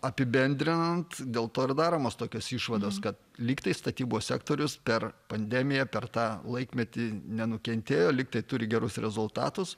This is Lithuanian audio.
apibendrinant dėl to ir daromos tokios išvados kad lyg tai statybos sektorius per pandemiją per tą laikmetį nenukentėjo lyg tai turi gerus rezultatus